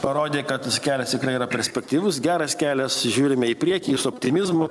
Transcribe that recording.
parodė kad tas kelias tikrai yra perspektyvus geras kelias žiūrime į priekį su optimizmu